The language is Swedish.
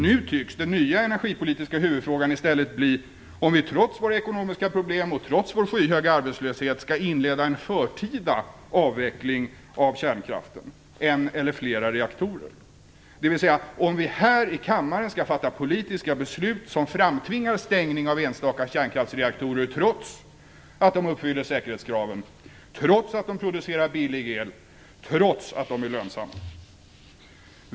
Nu tycks den nya energipolitiska huvudfrågan i stället bli om vi trots våra ekonomiska problem och trots vår skyhöga arbetslöshet skall inleda en förtida avveckling av en eller flera kärnkraftsreaktorer - dvs. om vi här i kammaren skall fatta politiska beslut som framtvingar stängning av enstaka kärnkraftsreaktorer trots att de uppfyller säkerhetskraven, trots att de producerar billig el och trots att de är lönsamma.